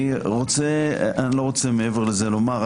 אני לא רוצה מעבר לזה לומר.